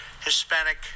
Hispanic